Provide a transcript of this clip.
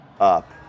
up